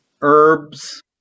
herbs